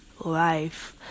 life